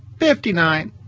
fifty nine,